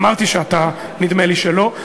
אמרתי שנדמה לי שאתה לא,